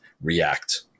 react